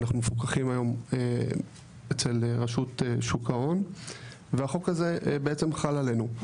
אנחנו מפוקחים היום אצל רשות שוק ההון והחוק הזה בעצם חל עלינו.